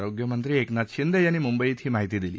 आरोग्य मंत्री एकनाथ शिंदे यांनी मुंबईत ही माहिती दिली